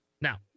now